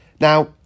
Now